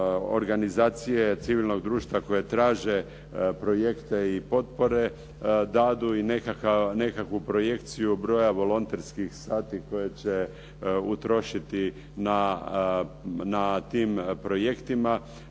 organizacije civilnog društva koji traže projekte i potpore daju i nekakvu projekciju broja volonterskih sati koje će utrošiti na tim projektima.